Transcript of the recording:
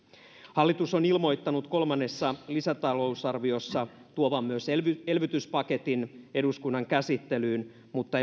hallitus on ilmoittanut kolmannessa lisätalousarviossa tuovansa myös elvytyspaketin eduskunnan käsittelyyn mutta